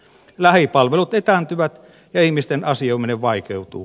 lähipalvelut etääntyvät ja ihmisten asioiminen vaikeutuu